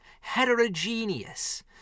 heterogeneous